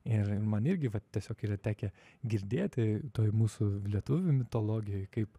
ir man irgi vat tiesiog yra tekę girdėti toj mūsų lietuvių mitologijoj kaip